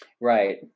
Right